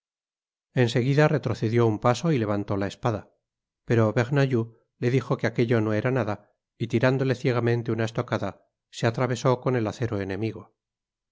en seguida retrocedió un paso y levantó la espada pero bernajoux le dijo que aquello no era nada y tirándole ciegamente una estocada se atravesó con el acero enemigo